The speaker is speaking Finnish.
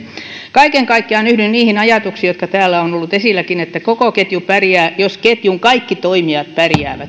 kaiken kaikkiaan yhdyn niihin ajatuksiin jotka täällä ovat olleet esilläkin että koko ketju pärjää jos ketjun kaikki toimijat pärjäävät